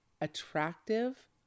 attractive